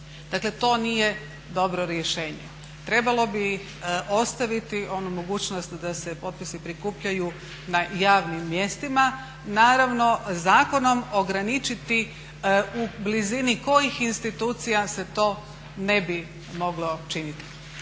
Dakle to nije dobro rješenje. Trebalo bi ostaviti onu mogućnost da se potpisi prikupljaju na javnim mjestima. Naravno zakonom ograničiti u blizini kojih institucija se to ne bi moglo činiti.